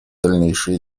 дальнейшие